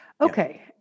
Okay